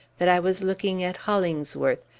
that i was looking at hollingsworth,